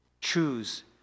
Choose